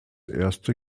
erste